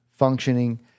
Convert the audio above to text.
functioning